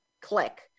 Click